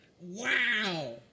Wow